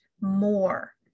more